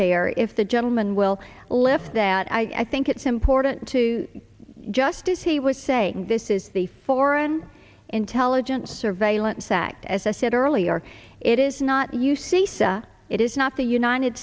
there if the gentleman will lift that i think it's important to just as he was saying this is the foreign intelligence surveillance act as i said earlier it is not use isa it is not the united